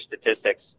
statistics